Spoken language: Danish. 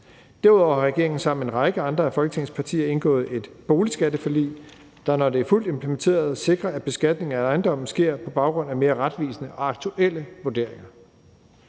Derudover har regeringen sammen med en række andre af Folketingets partier indgået et boligskatteforlig, der, når det er fuldt implementeret, sikrer, at beskatning af ejendomme sker på baggrund af mere retvisende og aktuelle vurderinger.